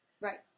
Right